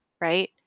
right